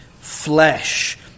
flesh